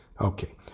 Okay